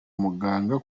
muganga